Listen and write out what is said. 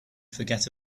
forget